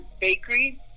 bakery